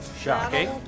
Shocking